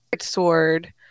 sword